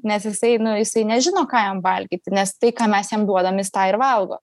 nes jisai nu jisai nežino ką jam valgyti nes tai ką mes jam duodam jis tą ir valgo